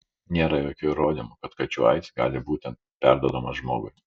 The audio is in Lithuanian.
nėra jokių įrodymų kad kačių aids gali būti perduodamas žmogui